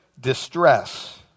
distress